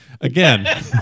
again